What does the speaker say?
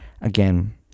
again